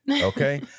okay